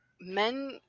men